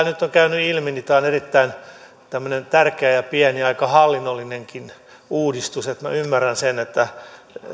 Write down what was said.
nyt on käynyt ilmi niin tämä on erittäin tärkeä ja pieni aika hallinnollinenkin uudistus joten minä ymmärrän sen että